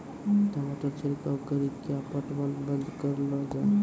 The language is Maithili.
टमाटर छिड़काव कड़ी क्या पटवन बंद करऽ लो जाए?